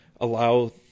allow